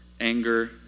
anger